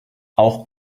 auch